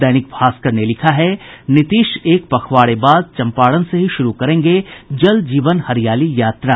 दैनिक भास्कर ने लिखा है नीतीश एक पखवाड़े बाद चंपारण से ही शुरू करेंगे जल जीवन हरियाली यात्रा